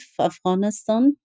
Afghanistan